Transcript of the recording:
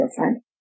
different